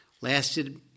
Lasted